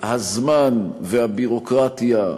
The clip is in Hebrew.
הזמן והביורוקרטיה,